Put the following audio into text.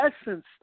essence